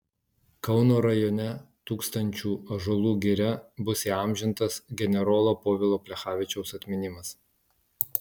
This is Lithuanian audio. kauno rajone tūkstančių ąžuolų giria bus įamžintas generolo povilo plechavičiaus atminimas